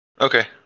Okay